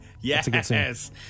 Yes